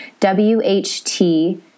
WHT